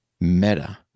Meta